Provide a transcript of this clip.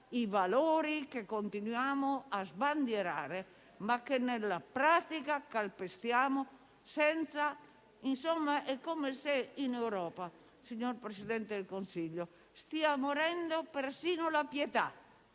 i valori che continuiamo a sbandierare, ma che nella pratica calpestiamo. Insomma, è come se in Europa, signor Presidente del Consiglio, stia morendo persino la pietà,